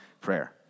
prayer